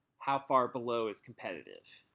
how far below is competitive?